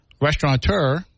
restaurateur